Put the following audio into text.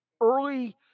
early